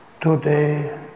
Today